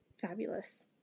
Fabulous